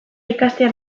ikastea